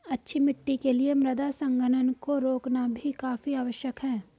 अच्छी मिट्टी के लिए मृदा संघनन को रोकना भी काफी आवश्यक है